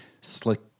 slick